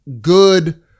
good